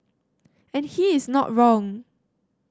and he is not wrong